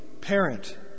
parent